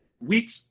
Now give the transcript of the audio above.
weeks